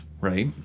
right